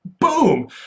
Boom